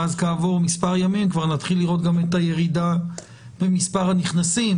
ואז כעבור מספר ימים כבר נתחיל לראות גם את הירידה במספר הנכנסים.